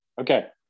Okay